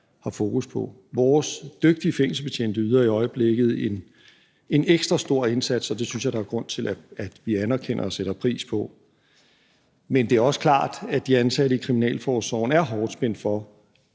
har fokus på. Vores dygtige fængselsbetjente yder i øjeblikket en ekstra stor indsats, og det synes jeg der er grund til at vi anerkender og sætter pris på, men det er også klart, at de ansatte i kriminalforsorgen er hårdt spændt for,